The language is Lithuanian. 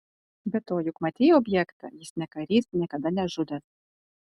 be to juk matei objektą jis ne karys niekada nežudęs